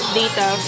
data